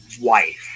wife